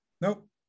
Nope